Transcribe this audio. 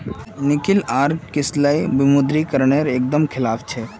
निकिल आर किसलय विमुद्रीकरण नेर एक दम खिलाफ छे